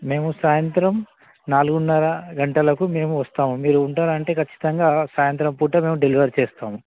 మేము సాయంత్రం నాలుగున్నర గంటలకు మేము వస్తాము మీరు ఉంటారంటే ఖచ్చితంగా సాయంత్రం పూట మేము డెలివర్ చేస్తాము